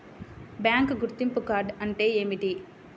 Bank గుర్తింపు card అంటే ఏమిటి?